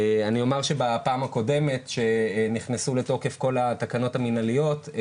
אני אומר שבפעם הקודמת שנכנסו לתוקף כל התקנות המנהליות,